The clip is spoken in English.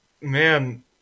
man